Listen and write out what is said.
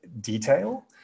detail